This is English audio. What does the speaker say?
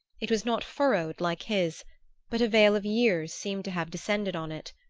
it was not furrowed like his but a veil of years seemed to have descended on it.